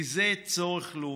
כי זה צורך לאומי.